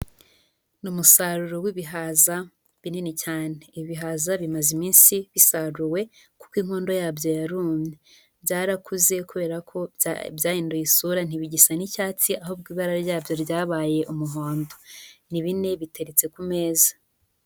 Ni umusaruro w'ibihaza binini cyane, ibi bihaza bimaze iminsi bisaruwe kuko inkondo yabyo yarumye, byarakuze kubera ko byahinduye isura ntibigisa n'icyatsi, ahubwo ibara ryabyo ryabaye umuhondo, ni bine biteretse ku meza.